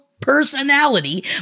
personality